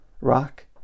Rock